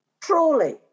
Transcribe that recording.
Truly